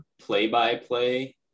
play-by-play